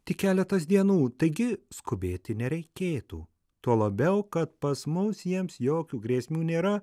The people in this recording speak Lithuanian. tik keletas dienų taigi skubėti nereikėtų tuo labiau kad pas mus jiems jokių grėsmių nėra